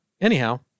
Anyhow